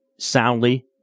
soundly